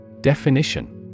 Definition